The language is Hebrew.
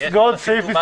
--- רכב פרטי לעומת